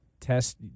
test